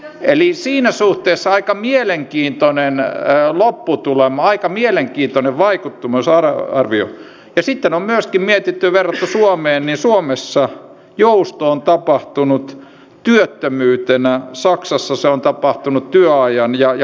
eli siinä suhteessa aika mielenkiintoinen näyttely lopputulema aika mielenkiintoinen vaikuttumaan salo tähän liittyy sitten vielä erittäin syvä yhteistyö harjoitusten muodossa eri aloilla ja tämä tulee vaatimaan jonkun verran resursseja uusia resursseja